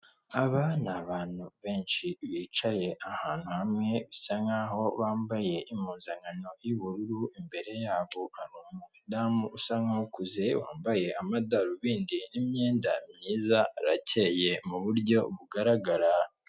Aba ni abantu benshi bicaye ahantu hamwe bisa nkaho bambaye impuzankano y'ubururu, imbere yabo hari umudamu usa nk'ukuze wambaye amadarubindi n'imyenda myiza arakeyeye mu buryo bugaragara.